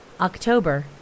october